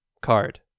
card